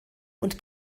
und